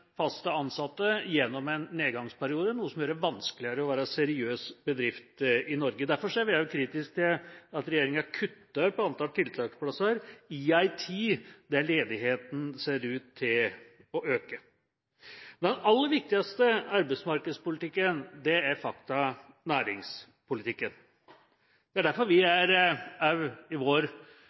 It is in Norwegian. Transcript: ansatte i en nedgangsperiode, noe som gjør det vanskeligere å være en seriøs bedrift i Norge. Derfor er vi også kritiske til at regjeringa kutter i antall tiltaksplasser, i en tid der ledigheten ser ut til å øke. Den aller viktigste arbeidsmarkedspolitikken er faktisk næringspolitikken. Det er derfor vi – også i vår